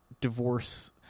divorce